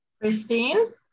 Christine